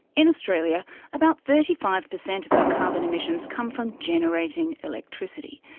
in australia about thirty five percent of our carbon emissions come from generating electricity.